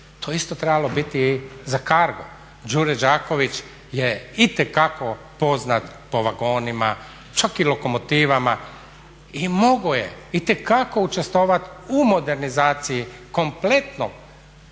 je isto trebalo biti za CARGO. Đure Đaković je itekako poznat po vagonima, čak i lokomotivama i mogao je itekako učestvovati u modernizaciju kompletnog